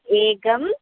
एकम्